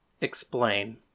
Explain